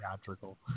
theatrical